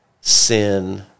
sin